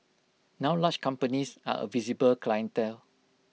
now large companies are A visible clientele